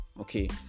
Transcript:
okay